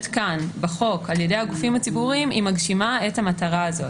כאן בחוק על-ידי הגופים הציבוריים היא מגשימה את המטרה הזאת.